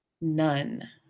none